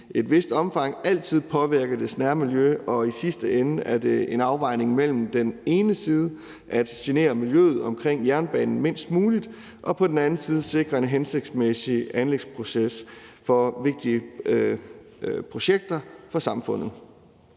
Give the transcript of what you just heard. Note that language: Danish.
et vist omfang altid påvirke dets nærmiljø, og i sidste ende er det en afvejning mellem på den ene side at genere miljøet omkring jernbanen mindst muligt og på den anden side at sikre en hensigtsmæssig anlægsproces for vigtige projekter for samfundet.